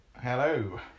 Hello